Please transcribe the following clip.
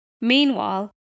Meanwhile